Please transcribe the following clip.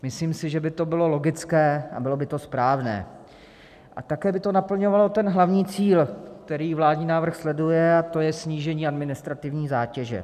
Myslím si, že by to bylo logické a bylo by to správné a také by to naplňovalo ten hlavní cíl, který vládní návrh sleduje, a to je snížení administrativní zátěže.